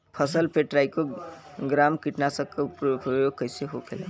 फसल पे trichogramma कीटनाशक के प्रयोग कइसे होखेला?